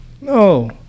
No